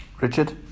Richard